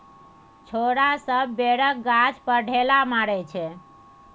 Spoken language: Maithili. छौरा सब बैरक गाछ पर ढेला मारइ छै